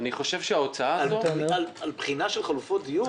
על בחינה של חלופות דיור?